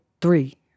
three